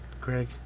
Greg